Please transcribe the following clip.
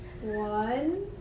One